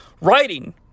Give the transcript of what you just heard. Writing